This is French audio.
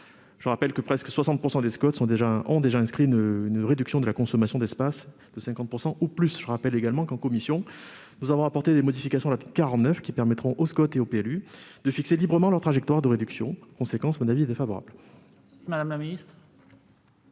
Je rappelle que presque 60 % des SCoT ont déjà inscrit une réduction de la consommation d'espace de 50 % ou plus. Je précise également qu'en commission nous avons apporté des modifications à l'article 49 qui permettront aux SCoT et aux PLU de fixer librement leur trajectoire de réduction. En conséquence, mon avis est défavorable. Quel est